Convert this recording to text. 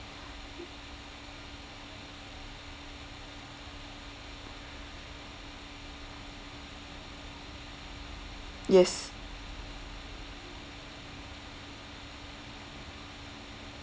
yes